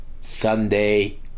Sunday